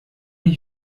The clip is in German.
ich